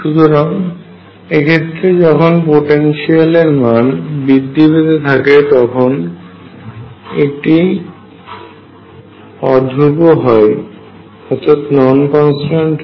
সুতরাং এক্ষেত্রে যত পোটেনশিয়াল এর মান বৃদ্ধি পেতে থাকে তত এটির মান ধ্রুবক থেকে পরিবর্তিত হতে শুরু করে